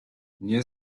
nie